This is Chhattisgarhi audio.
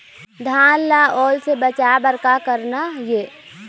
धान ला ओल से बचाए बर का करना ये?